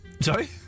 Sorry